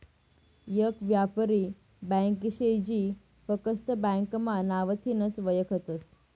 येक यापारी ब्यांक शे जी फकस्त ब्यांकना नावथीनच वयखतस